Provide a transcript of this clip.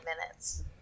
minutes